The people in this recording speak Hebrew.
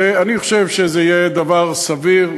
אני חושב שזה יהיה דבר סביר,